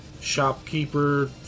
shopkeeper